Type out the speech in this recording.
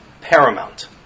paramount